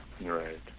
right